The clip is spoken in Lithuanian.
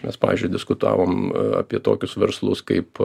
mes pavyzdžiui diskutavom apie tokius verslus kaip